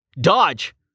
Dodge